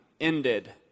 ended